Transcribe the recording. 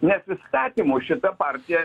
nes įstatymu šita partija